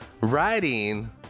Riding